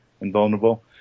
invulnerable